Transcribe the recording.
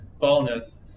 bonus